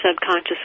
subconscious